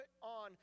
on